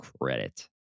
credit